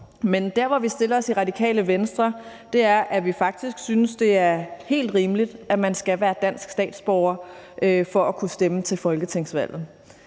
Men vi stiller os sådan i Radikale Venstre, at vi faktisk synes, det er helt rimeligt, at man skal være dansk statsborger for at kunne stemme til folketingsvalget.